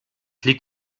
liegt